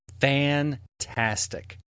fantastic